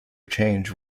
change